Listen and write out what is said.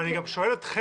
אבל אני גם שואל אתכם,